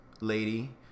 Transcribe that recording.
lady